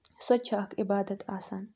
سۄ تہِ چھِ اَکھ عبادَت آسان